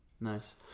Nice